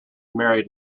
married